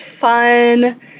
fun